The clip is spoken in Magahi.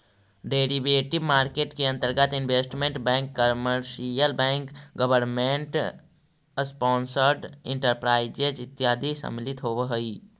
डेरिवेटिव मार्केट के अंतर्गत investment bank commercial bank government sponsored enterprises इत्यादि सम्मिलित होवऽ हइ